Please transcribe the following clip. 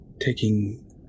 taking